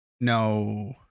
No